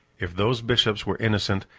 if those bishops were innocent,